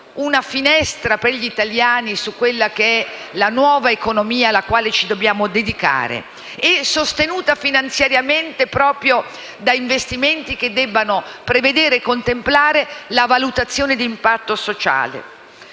ha aperto agli italiani una finestra sulla nuova economia alla quale ci dobbiamo dedicare, sostenuta finanziariamente proprio da investimenti che debbano prevedere e contemplare la valutazione di impatto sociale.